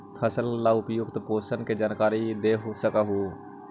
फसल ला उपयुक्त पोषण के जानकारी दे सक हु?